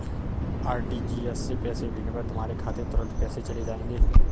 RTGS से पैसे भेजने पर तुम्हारे खाते में तुरंत पैसे चले जाएंगे